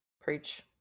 Preach